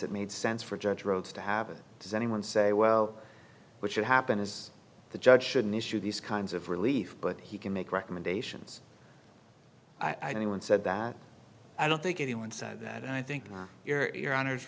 it made sense for judge rhodes to have it does anyone say well what should happen is the judge should an issue these kinds of relief but he can make recommendations i don't even said that i don't think anyone said that and i think your your hono